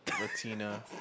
Latina